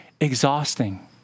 exhausting